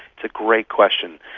it's a great question,